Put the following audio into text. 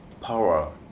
power